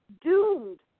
doomed